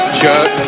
jerk